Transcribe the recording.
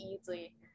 easily